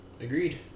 agreed